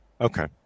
Okay